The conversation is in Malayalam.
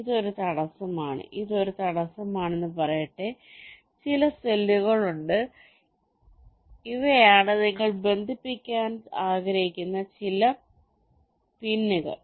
ഇതൊരു തടസ്സമാണ് ഇത് ഒരു തടസ്സമാണെന്ന് പറയട്ടെ ചില സെല്ലുകൾ ഉണ്ട് ഇവയാണ് നിങ്ങൾ ബന്ധിപ്പിക്കാൻ ആഗ്രഹിക്കുന്ന ചില പിന്നുകൾ